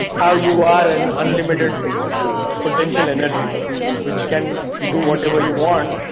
how you are an unlimited you know potential energy which can do whatever you want